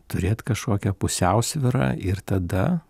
turėt kažkokią pusiausvyrą ir tada